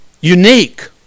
unique